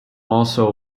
also